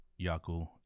Yaku